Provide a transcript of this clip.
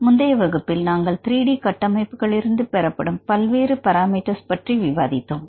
முந்தைய வகுப்பில் நாங்கள் 3 டி கட்டமைப்புகளில் இருந்து பெறப்படும் பல்வேறு பராமீட்டர் பற்றி விவாதித்தோம்